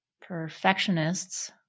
Perfectionists